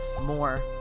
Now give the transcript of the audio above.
more